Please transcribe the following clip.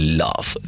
love